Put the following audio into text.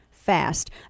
fast